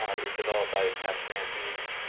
it was developed by the cahps grantees.